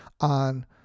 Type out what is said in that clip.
on